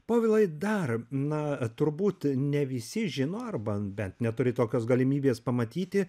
povilai dar na turbūt ne visi žino arba bent neturi tokios galimybės pamatyti